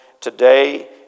today